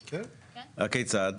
הכיצד?